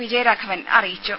വിജയ രാഘവൻ അറിയിച്ചു